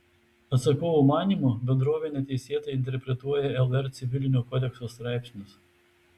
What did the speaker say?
atsakovo manymu bendrovė neteisėtai interpretuoja lr civilinio kodekso straipsnius